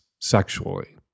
sexually